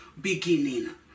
beginning